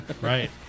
Right